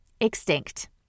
Extinct